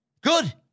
Good